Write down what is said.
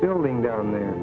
building down there